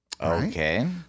Okay